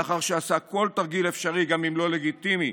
לאחר שעשה כל תרגיל אפשרי, גם אם לא לגיטימי,